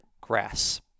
grass